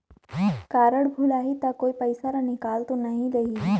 Card भुलाही ता कोई पईसा ला निकाल तो नि लेही?